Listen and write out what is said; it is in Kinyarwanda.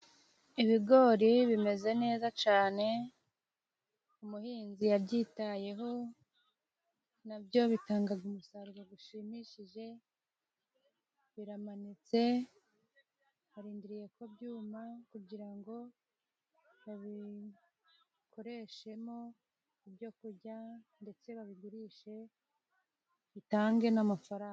Ibigori bimeze neza cyane, umuhinzi yabyitayeho nabyo bitanga umusaruro bishimishije biramanitse harindiriye ko byuma kugira ngo babikoreshemo ibyo kurya ndetse babigurishe bitange n'amafaranga.